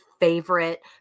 favorite